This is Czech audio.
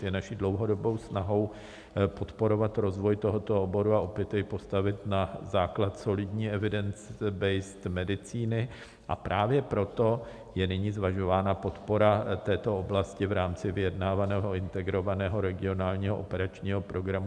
Je naší dlouhodobou snahou podporovat rozvoj tohoto oboru a opět jej postavit na základ solidní evidence based medicíny, a právě proto je nyní zvažována podpora této oblasti v rámci vyjednávaného integrovaného regionálního operačního programu 2021 až 2027.